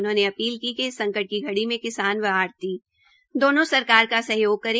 उन्होंने अपील की कि इस संकट की घड़ी में किसान व आढ़ती दोनों सरकार का सहयोग करें